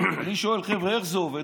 אני שואל: חבר'ה, איך זה עובד?